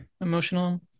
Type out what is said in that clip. emotional